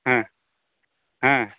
ᱦᱮᱸ ᱦᱮᱸ